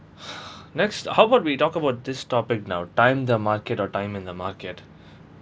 next how about we talk about this topic now time the market or time in the market